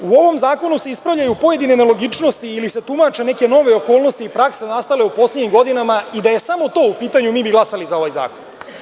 U ovom zakonu se ispravljaju pojedine nelogičnosti ili se tumače neke nove okolnosti i praksa nastala u poslednjim godinama i da je samo to u pitanju mi bi glasali za ovaj zakon.